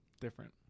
different